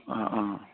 অঁ অঁ